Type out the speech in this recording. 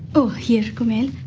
oh, here, kumail,